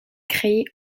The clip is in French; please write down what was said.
créée